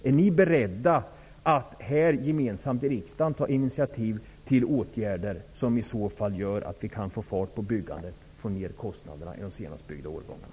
Är ni då beredda att gemensamt här i riksdagen ta initiativ till åtgärder som gör att vi kan få fart på byggandet och få ned kostnaderna i de senast byggda årgångarna?